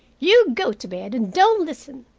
you go to bed and don't listen.